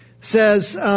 says